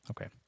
okay